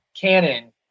canon